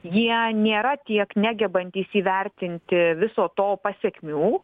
jie nėra tiek negebantys įvertinti viso to pasekmių